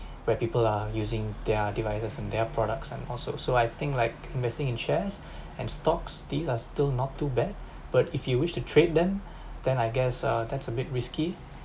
where people are using their devices from their products and also so I think like missing in shares and stocks still are still not too bad but if you wish to trade them then I guess err that's a bit risky